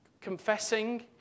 Confessing